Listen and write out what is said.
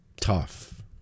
tough